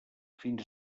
fins